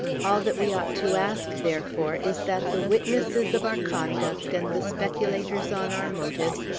all that we ought to ask, therefore, is, that the witnesses of our conduct, and the speculators on our motives,